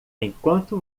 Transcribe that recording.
enquanto